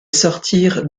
sortir